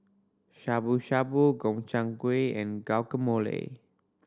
Shabu Shabu Gobchang Gui and Guacamole